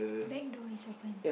back to his orphan